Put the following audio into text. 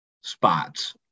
spots